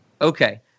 Okay